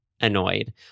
annoyed